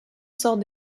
sort